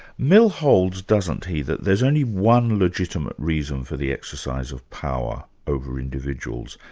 mill holds, doesn't he, that there's only one legitimate reason for the exercise of power over individuals,